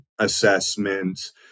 assessments